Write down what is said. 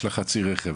יש לה חצי רכב,